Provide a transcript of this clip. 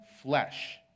flesh